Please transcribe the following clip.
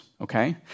okay